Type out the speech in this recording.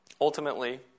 ultimately